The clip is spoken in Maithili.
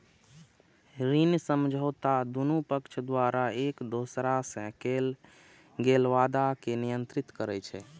ऋण समझौता दुनू पक्ष द्वारा एक दोसरा सं कैल गेल वादा कें नियंत्रित करै छै